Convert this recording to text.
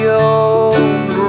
old